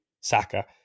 Saka